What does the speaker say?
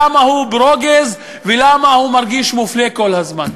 למה הוא ברוגז ולמה הוא מרגיש מופלה כל הזמן.